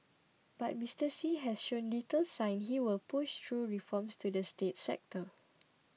but Mister Xi has shown little sign he will push through reforms to the state sector